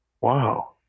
wow